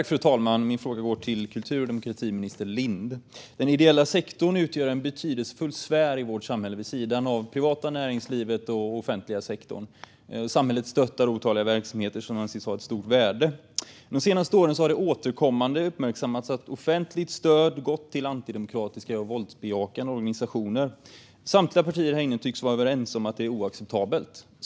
Fru talman! Min fråga går till kultur och demokratiminister Lind. Den ideella sektorn utgör en betydelsefull sfär i vårt samhälle vid sidan av det privata näringslivet och den offentliga sektorn. Samhället stöttar otaliga verksamheter som anses ha ett stort värde. De senaste åren har det återkommande uppmärksammats att offentligt stöd gått till antidemokratiska och våldsbejakande organisationer. Samtliga partier här inne tycks vara överens om att det är oacceptabelt.